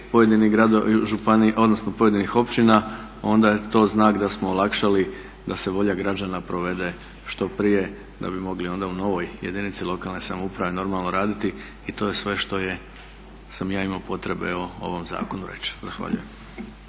pojedinih općina, onda je to znak da smo olakšali da se volja građana provede što prije da bi onda mogli u novoj jedinici lokalne samouprave normalno raditi i to je sve što sam ja imao potrebe o ovom zakonu reći. Zahvaljujem.